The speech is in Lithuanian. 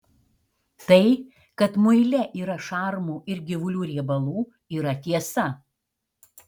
tai kad muile yra šarmų ir gyvulių riebalų yra tiesa